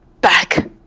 back